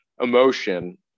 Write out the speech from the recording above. emotion